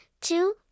two